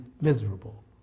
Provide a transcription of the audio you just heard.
miserable